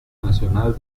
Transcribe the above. nacional